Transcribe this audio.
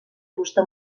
fusta